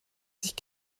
sich